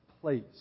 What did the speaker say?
place